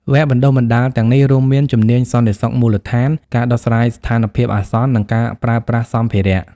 វគ្គបណ្ដុះបណ្ដាលទាំងនេះរួមមាន ជំនាញសន្តិសុខមូលដ្ឋាន ការដោះស្រាយស្ថានភាពអាសន្ន និងការប្រើប្រាស់សម្ភារៈ។